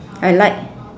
I like